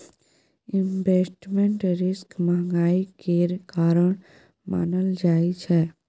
investment risk महंगाई केर कारण मानल जाइ छै